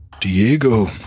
Diego